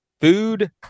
food